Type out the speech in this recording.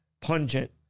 pungent